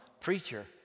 preacher